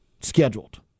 scheduled